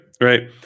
right